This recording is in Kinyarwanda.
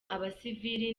abasivili